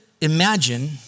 imagine